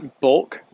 bulk